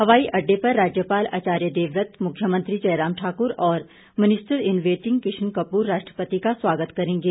हवाई अडडे पर राज्यपाल आचार्य देवव्रत मुख्यमंत्री जयराम ठाकुर और minister in waiting Kishan Kapoor राष्ट्रपति का स्वागत करेंगे